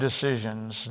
decisions